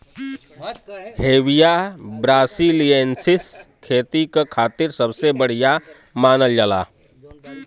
Hevea brasiliensis खेती क खातिर सबसे बढ़िया मानल जाला